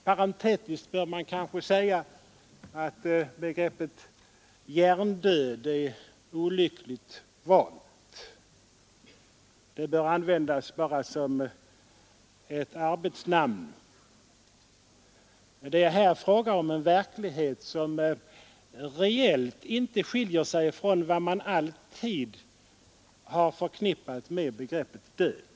Parentetiskt bör jag kanske säga att begreppet hjärndöd är olyckligt valt. Det bör användas bara som ett arbetsnamn. Det är här fråga om en verklighet, som reellt inte skiljer sig från vad man alltid har förknippat med begreppet död.